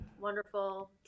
wonderful